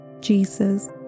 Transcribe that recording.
Jesus